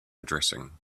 addressing